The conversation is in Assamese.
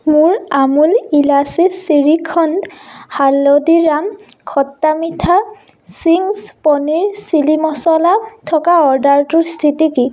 মোৰ আমূল ইলাচি চিৰিখণ্ড হালদিৰাম খট্টা মিঠা চিঙছ পনীৰ চিলি মচলা থকা অ'ৰ্ডাৰটোৰ স্থিতি কি